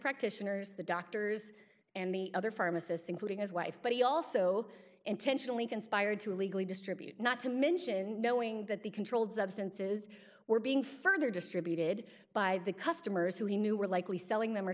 practitioners the doctors and the other pharmacists including his wife but he also intentionally conspired to illegally distribute not to mention knowing that the controlled substances were being further distributed by the customers who he knew were likely selling them or